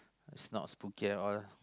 is not spooky at all lah